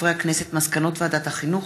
מסקנות ועדת החינוך,